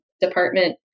department